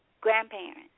grandparents